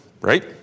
right